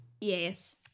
Yes